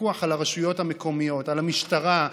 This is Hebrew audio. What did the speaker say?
הפיקוח על הרשויות המקומיות, על המשטרה.